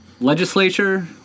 Legislature